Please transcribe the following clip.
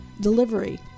delivery